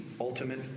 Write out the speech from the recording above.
Ultimate